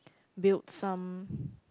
build some